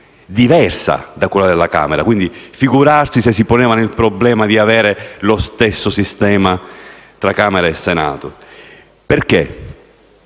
diversa da quella della Camera; figurarsi se si poneva il problema di avere lo stesso sistema tra Camera e Senato. Perché?